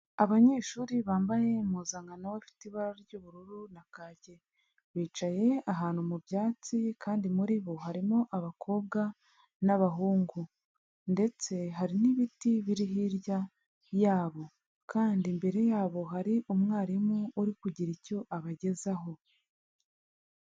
Abanyeshuri bambaye impuzankano ifite ibara ry'ubururu na kake. Bicaye ahantu mu byatsi, kandi muri bo harimo abakobwa n'abahungu. Ndetse hari n'ibiti biri hirya yabo, kandi imbere yabo hari umwarimu uri kugira icyo abagezaho.